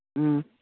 ꯎꯝ